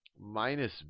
minus